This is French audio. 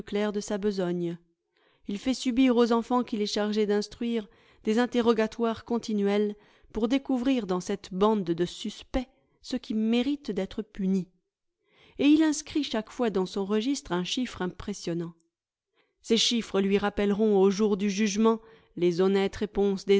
de sa besogne il fait subir aux enfants qu'il est chargé d'instruire des interrogatoires continuels pour découvrir dans cette bande de suspects ceux qui méritent d'être punis et il inscrit chaque fois dans son registre un chiffre impressionnant ces chiffres lui rappelleront au jour du jugement les honnêtes réponses